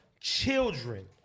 children